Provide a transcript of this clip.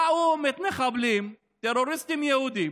באו מתנחבלים, טרוריסטים יהודים,